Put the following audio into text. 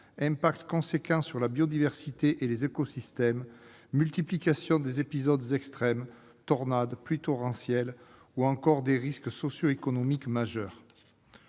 impact important sur la biodiversité et les écosystèmes, multiplication des épisodes extrêmes- tornades, pluies torrentielles ... -ou des risques socio-économiques majeurs.